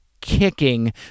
kicking